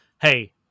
hey